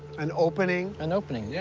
an opening. an opening, yeah.